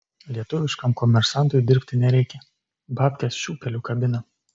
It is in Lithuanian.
lietuviškam komersantui dirbti nereikia babkes šiūpeliu kabina